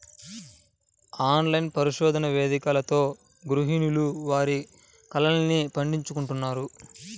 online పరిశోధన వేదికలతో గృహిణులు వారి కలల్ని పండించుకుంటున్నారు